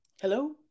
Hello